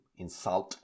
insult